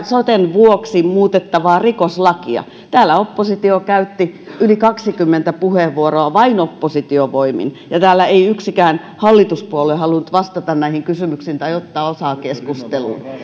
soten vuoksi muutettavaa rikoslakia täällä oppositio käytti yli kaksikymmentä puheenvuoroa vain opposition voimin ja täällä ei yksikään hallituspuolue halunnut vastata näihin kysymyksiin tai ottaa osaa